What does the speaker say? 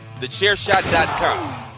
TheChairShot.com